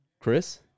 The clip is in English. chris